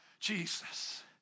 Jesus